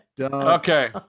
Okay